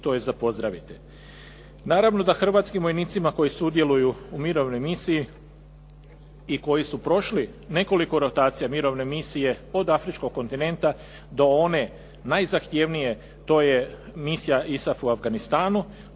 to je za pozdraviti.